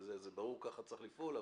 זה ברור שכך צריך לפעול,